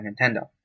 nintendo